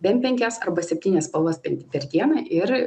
bent penkias arba septynias spalvas per per dieną ir